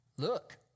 Look